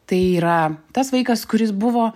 tai yra tas vaikas kuris buvo